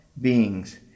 beings